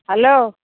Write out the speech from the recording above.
hello